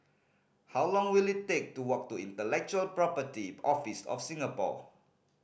how long will it take to walk to Intellectual Property Office of Singapore